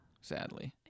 Sadly